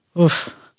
Oof